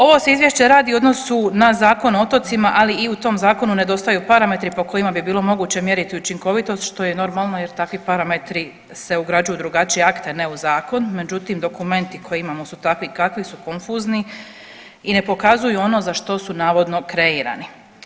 Ovo se izvješće radi u odnosu na Zakon o otocima, ali i u tom zakonu nedostaju parametri po kojima bi bilo moguće mjeriti učinkovitost što je normalno jer takvi parametri se ugrađuju u drugačije akte, a ne u zakon, međutim dokumenti koje imamo su takvi kakvi su, konfuzni i ne pokazuju ono za što su navodno kreirani.